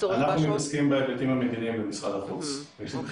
אנחנו במשרד החוץ עוסקים בהיבטים המדיניים.